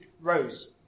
rose